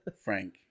Frank